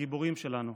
הגיבורים שלנו,